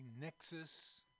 nexus